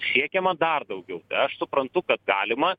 siekiama dar daugiau aš suprantu kad galima